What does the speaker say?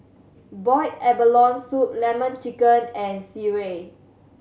boiled abalone soup Lemon Chicken and sireh